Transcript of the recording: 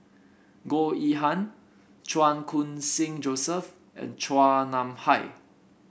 Goh Yihan Chan Khun Sing Joseph and Chua Nam Hai